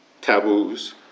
taboos